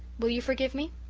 will you forgive me?